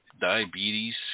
diabetes